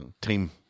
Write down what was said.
team